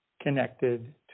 connected